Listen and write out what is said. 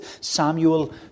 Samuel